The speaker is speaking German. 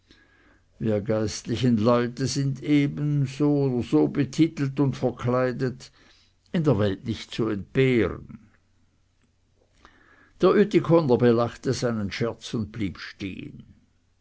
wir geistlichen leute sind eben so oder so betitelt und verkleidet in der welt nicht zu entbehren der ütikoner belachte seinen scherz und blieb stehen